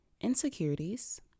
Insecurities